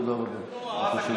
תודה רבה.